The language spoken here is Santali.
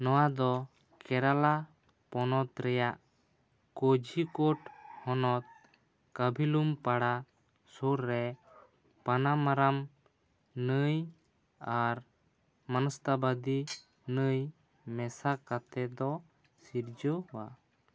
ᱱᱚᱣᱟ ᱫᱚ ᱠᱮᱨᱟᱞᱟ ᱯᱚᱱᱚᱛ ᱨᱮᱭᱟᱜ ᱠᱳᱡᱷᱤᱠᱳᱰ ᱦᱚᱱᱚᱛ ᱠᱟᱵᱷᱤᱞᱩᱢᱯᱟᱲᱟ ᱥᱩᱨ ᱨᱮ ᱯᱟᱱᱟᱢᱟᱨᱟᱢ ᱱᱟᱹᱭ ᱟᱨ ᱢᱟᱱᱚᱥᱛᱟᱵᱟᱫᱤ ᱱᱟᱹᱭ ᱢᱮᱥᱟ ᱠᱟᱛᱮ ᱫᱚ ᱥᱤᱨᱡᱟᱹᱣᱼᱟ